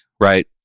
right